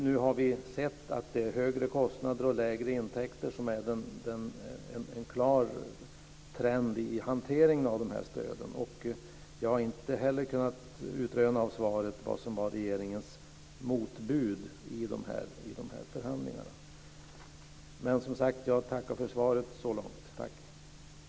Nu har vi sett att det är högre kostnader och lägre intäkter som är en klar trend i hanteringen av de här stöden. Jag har inte kunnat utröna av svaret vad som var regeringens motbud i de här förhandlingarna. Men jag tackar som sagt för svaret så långt. Tack!